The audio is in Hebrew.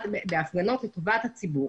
בהפגנות לטובת הציבור.